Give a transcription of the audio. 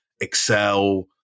excel